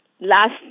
last